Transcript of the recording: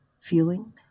feeling